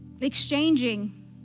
exchanging